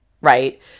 right